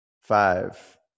Five